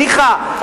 ניחא,